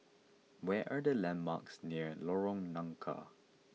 where are the landmarks near Lorong Nangka